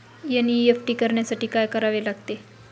NEFT करण्यासाठी काय करावे लागते?